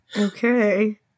Okay